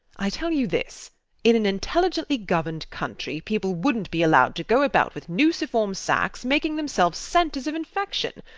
i tell you this in an intelligently governed country people wouldnt be allowed to go about with nuciform sacs, making themselves centres of infection.